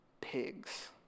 pigs